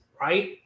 Right